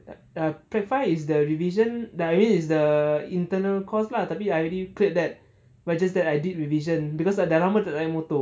uh prac five is the revision dah I mean it's the internal cost lah but I already cleared that just that I did revision because dah lama tak naik motor